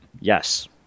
Yes